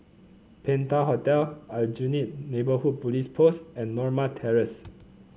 Penta Hotel Aljunied Neighbourhood Police Post and Norma Terrace